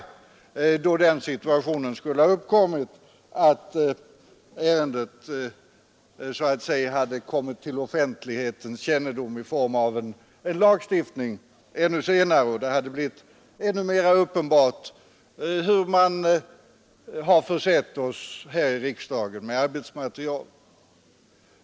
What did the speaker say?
Då skulle ärendet ha kommit till offentlighetens kännedom på ett sätt som gjort det ännu mer uppenbart hur regeringen i år försett riksdagen med arbetsmaterial.